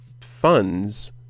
funds